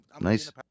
Nice